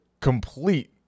Complete